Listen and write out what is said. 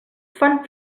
fan